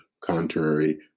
Contrary